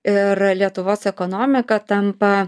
ir lietuvos ekonomika tampa